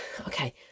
okay